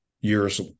years